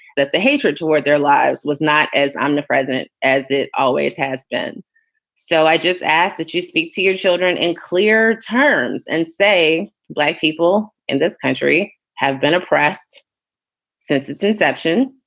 that the hatred toward their lives was not as omnipresent as it always has been so i just ask that you speak to your children in clear terms and say black people in this country have been oppressed since its inception.